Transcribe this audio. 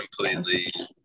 completely